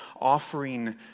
offering